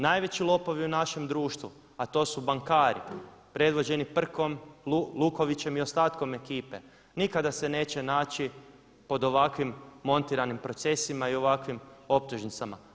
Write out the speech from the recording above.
Najveći lopovi u našem društvu a to su bankari predvođeni Prkom, Lukovićem i ostatkom ekipe nikada se neće naći pod ovakvim montiranim procesima i u ovakvim optužnicama.